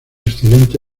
excelente